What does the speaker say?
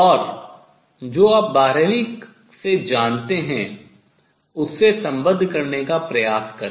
और जो आप बारहवीं से जानते हैं उससे सम्बद्ध करने का प्रयास करें